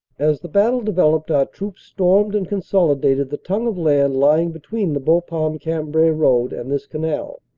as the battle developed our troops stormed and consolid ated the tongue of land lying between the bapaume-cambrai road and this canal,